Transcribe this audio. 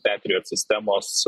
petrijot sistemos